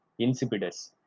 insipidus